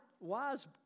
wise